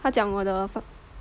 他讲我的房